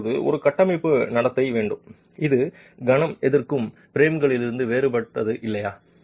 இப்போது ஒரு கட்டமைப்பு நடத்தை வேண்டும் இது கணம் எதிர்க்கும் பிரேம்களிலிருந்து வேறுபட்டது இல்லையா